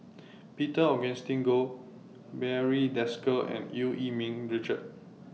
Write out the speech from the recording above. Peter Augustine Goh Barry Desker and EU Yee Ming Richard